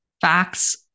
facts